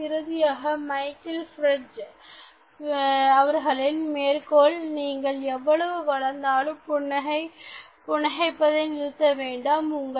மேலும் இறுதியாக Michael Bridget அவர்களின் மேற்கோள் நீங்கள் எவ்வளவு வளர்ந்தாலும் புன்னகைப்பதை நிறுத்த வேண்டாம்